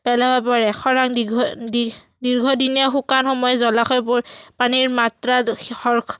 পেলাব পাৰে খৰাং দীৰ্ঘ দী দীৰ্ঘদিনীয়া শুকান সময় জলাশয় প পানীৰ মাত্ৰা সৰ